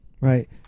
Right